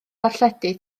darlledu